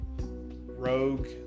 Rogue